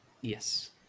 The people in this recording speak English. Yes